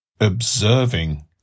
Observing